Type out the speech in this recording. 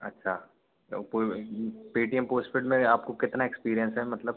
अच्छा तो Paytm postpaid में आपको कितना एक्सपीरियंस है मतलब